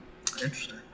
Interesting